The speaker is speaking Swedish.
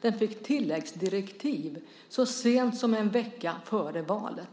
Den fick ett tilläggsdirektiv så sent som en vecka före valet.